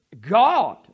God